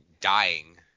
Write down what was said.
dying